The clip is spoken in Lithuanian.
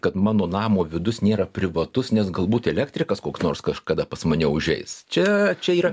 kad mano namo vidus nėra privatus nes galbūt elektrikas koks nors kažkada pas mane užeis čia čia yra